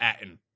Atten